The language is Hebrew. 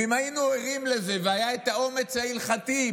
אם היינו ערים לזה והיה את האומץ ההלכתי,